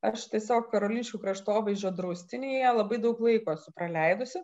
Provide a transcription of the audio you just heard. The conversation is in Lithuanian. aš tiesiog karoliniškių kraštovaizdžio draustinyje labai daug laiko esu praleidusi